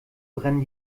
brennen